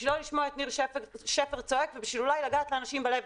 בשביל לא לשמוע את ניר שפר צועק ואולי בשביל לגעת לאנשים בלב.